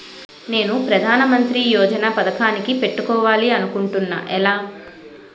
నేను ప్రధానమంత్రి యోజన పథకానికి పెట్టుకోవాలి అనుకుంటున్నా ఎలా?